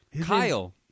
Kyle